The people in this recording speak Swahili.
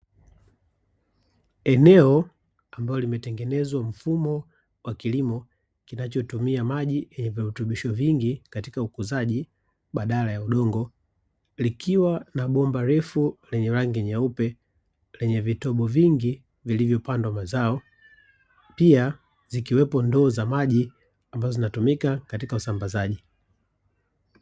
Eneo ambalo limetengenezwa mfumo wa kilimo, kinachotumia maji yenye virutubisho vingi katika ukuzaji badala ya udongo, likiwa na bomba refu lenye rangi nyeupe lenye vitobo vingi vilivyopandwa mazao; pia zikiwepo ndoo za maji ambazo zinatumika katika usambazaji.